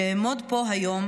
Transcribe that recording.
שאעמוד פה היום,